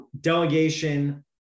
delegation